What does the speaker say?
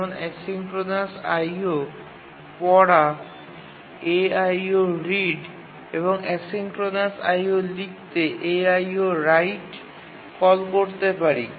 যেমন asynchronous IO পড়া aioread এবং অ্যাসিঙ্ক্রোনাস IO লিখতে aio−write কল করতে পারি